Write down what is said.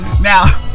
Now